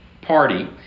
party